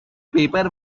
paper